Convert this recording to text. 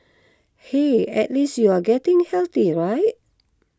hey at least you are getting healthy right